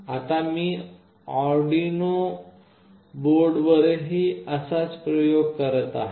आता मी Arduino board वरही असाच प्रयोग करत आहे